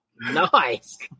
Nice